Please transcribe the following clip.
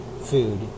food